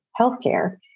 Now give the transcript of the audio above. healthcare